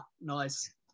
Nice